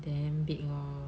damn big lor